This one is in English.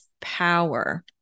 power